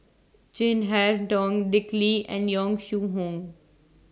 Chin Harn Tong Dick Lee and Yong Shu Hoong